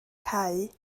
cau